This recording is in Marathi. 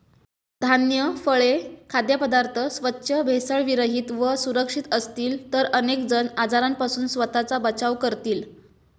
धान्य, फळे, खाद्यपदार्थ स्वच्छ, भेसळविरहित व सुरक्षित असतील तर अनेक जण आजारांपासून स्वतःचा बचाव करतील